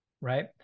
right